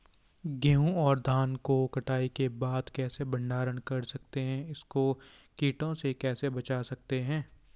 गेहूँ और धान को कटाई के बाद कैसे भंडारण कर सकते हैं इसको कीटों से कैसे बचा सकते हैं?